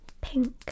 pink